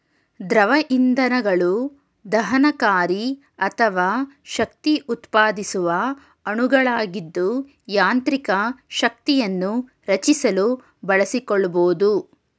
ದ್ರವ ಇಂಧನಗಳು ದಹನಕಾರಿ ಅಥವಾ ಶಕ್ತಿಉತ್ಪಾದಿಸುವ ಅಣುಗಳಾಗಿದ್ದು ಯಾಂತ್ರಿಕ ಶಕ್ತಿಯನ್ನು ರಚಿಸಲು ಬಳಸಿಕೊಳ್ಬೋದು